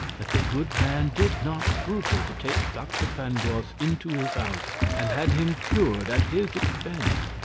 that the good man did not scruple to take dr. pangloss into his house, and had him cured at his expense.